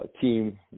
team